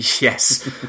Yes